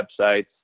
websites